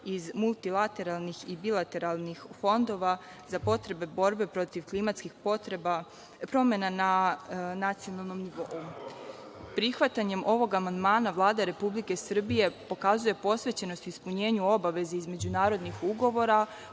iz multilateralnih i bilateralnih fondova za potrebe borbe protiv klimatskih promena na nacionalnom nivou. Prihvatanjem ovog amandmana Vlada Republike Srbije pokazuje posvećenost ispunjenju obaveze iz međunarodnih ugovora,